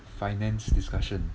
finance discussion